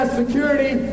security